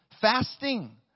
Fasting